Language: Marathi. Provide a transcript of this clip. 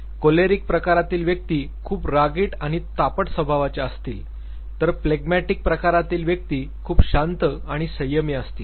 कोलेरिक प्रकारातील व्यक्ती खूप रागीट आणि तापट स्वभावाचे असतील तर फ्लेगमॅटिक प्रकारातील व्यक्ती खूप शांत आणि संयमी असतील